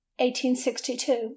1862